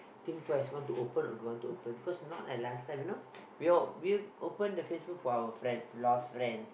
think twice want to open or don't want to open cause not like last time you know we all we open the Facebook for our friends lost friends